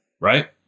right